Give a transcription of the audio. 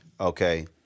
Okay